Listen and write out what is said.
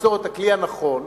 ליצור את הכלי הנכון,